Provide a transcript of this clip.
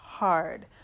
hard